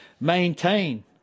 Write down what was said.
Maintain